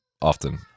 often